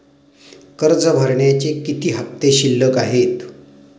कर्ज भरण्याचे किती हफ्ते शिल्लक आहेत?